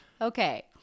okay